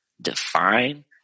define